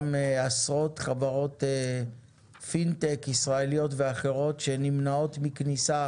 עשרות חברות פינטק ישראליות ואחרות שנמנעות מכניסה